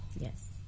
Yes